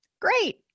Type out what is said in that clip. great